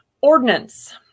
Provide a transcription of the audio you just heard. Ordinance